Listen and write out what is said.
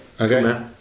Okay